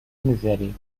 میذاری